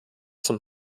zum